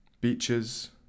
Beaches